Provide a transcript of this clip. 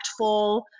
impactful